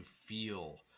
feel